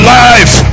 life